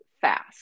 fast